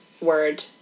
word